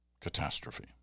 catastrophe